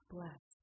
Bless